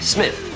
Smith